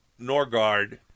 Norgard